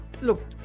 look